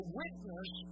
witness